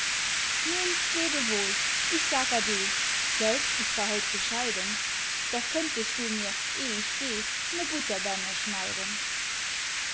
nun lebe wohl ich sag ade gelt ich war heut bescheiden doch könntest du mir eh ich geh ne butterbemme schneiden